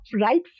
right